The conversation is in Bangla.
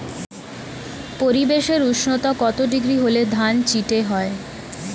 পরিবেশের উষ্ণতা কত ডিগ্রি হলে ধান চিটে হয়?